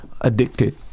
addicted